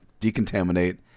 decontaminate